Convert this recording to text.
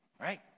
Right